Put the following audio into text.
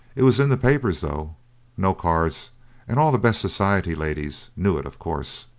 it was in the papers, though no cards and all the best society ladies knew it of course.